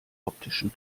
optischen